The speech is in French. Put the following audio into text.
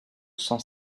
cent